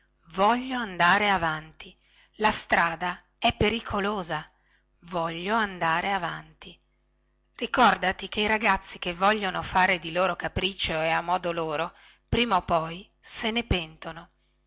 voglio andare avanti la strada è pericolosa voglio andare avanti ricordati che i ragazzi che vogliono fare di loro capriccio e a modo loro prima o poi se ne pentono